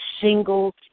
single